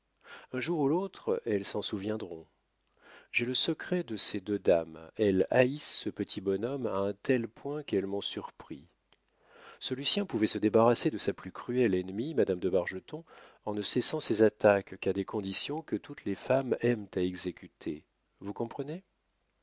un jour ou l'autre elles s'en souviendront j'ai le secret de ces deux dames elles haïssent ce petit bonhomme à un tel point qu'elles m'ont surpris ce lucien pouvait se débarrasser de sa plus cruelle ennemie madame de bargeton en ne cessant ses attaques qu'à des conditions que toutes les femmes aiment à exécuter vous comprenez